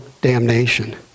damnation